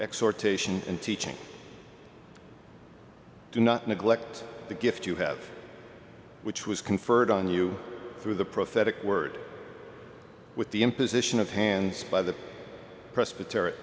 exportation and teaching do not neglect the gift you have which was conferred on you through the prophetic word with the imposition of hands by the pres